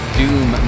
doom